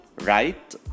right